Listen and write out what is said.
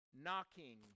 knocking